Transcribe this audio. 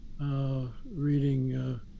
Reading